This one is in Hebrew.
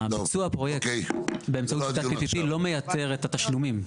ביצוע הפרויקט באמצעות שיטת PPP לא מייתר התשלומים.